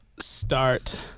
start